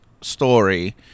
story